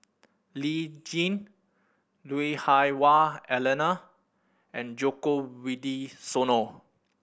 Lee Tjin Lui Hah Wah Elena and Djoko Wibisono